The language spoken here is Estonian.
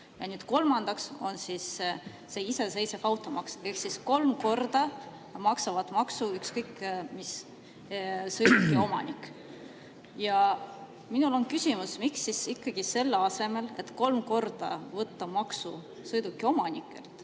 maksu; kolmandaks on see iseseisev automaks. Ehk kolm korda maksab maksu ükskõik mis sõiduki omanik. Mul on küsimus: miks ikkagi selle asemel, et kolm korda võtta maksu sõidukiomanikelt,